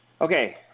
Okay